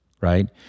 right